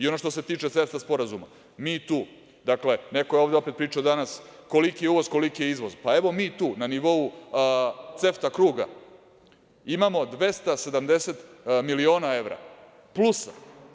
Ono što se tiče CEFTA sporazuma, mi tu, dakle, neko je ovde opet pričao danas koliki je uvoz, a koliki je izvoz, pa, evo, mi tu na nivou CEFTA kruga imamo 270 miliona evra plusa.